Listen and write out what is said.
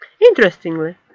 Interestingly